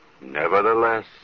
Nevertheless